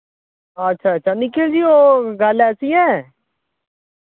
अच्छा अच्छा निखिल जी ओह् गल्ल ऐसी ऐ